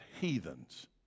heathens